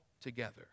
together